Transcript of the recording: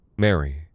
Mary